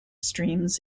streams